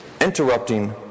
interrupting